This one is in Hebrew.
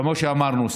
כמו שאמרנו,